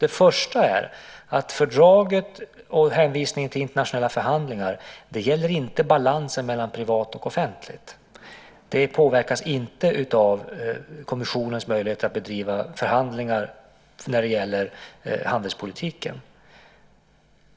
I fråga om fördraget och hänvisning till internationella förhandlingar gäller inte balansen mellan privat och offentligt. Det påverkas inte av kommissionens möjligheter att bedriva förhandlingar när det gäller handelspolitiken.